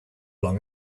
long